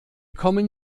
kommen